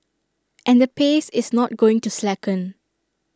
and the pace is not going to slacken